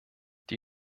die